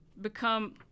become